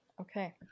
okay